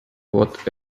what